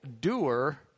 doer